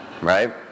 right